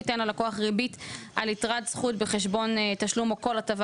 תיתן ללקוח ריבית על יתרת זכות בחשבון תשלום או כל הטבה